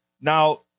Now